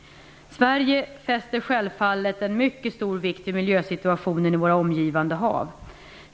Sverige fäster självfallet mycket stor vikt vid miljösituationen i våra omgivande hav.